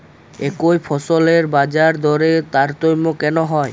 একই ফসলের বাজারদরে তারতম্য কেন হয়?